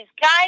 guys